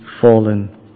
fallen